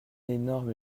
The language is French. énorme